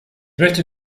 möchte